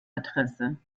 adresse